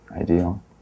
ideal